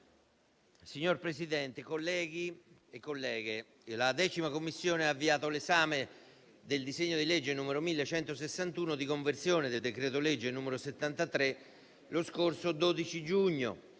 Signor Presidente, colleghi e colleghe, la 10a Commissione ha avviato l'esame del disegno di legge n. 1161 di conversione del decreto-legge n. 73 lo scorso 12 giugno